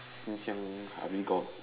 since young I already got